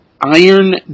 Iron